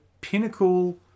pinnacle